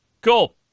Cool